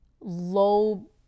low